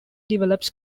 develops